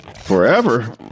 forever